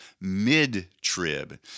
mid-trib